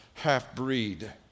half-breed